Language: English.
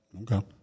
Okay